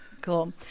Cool